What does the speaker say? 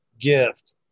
gift